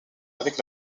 avec